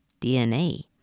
DNA